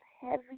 heavy